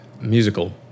musical